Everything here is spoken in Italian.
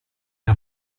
mio